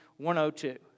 102